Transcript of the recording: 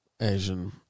Asian